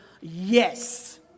yes